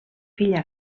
filla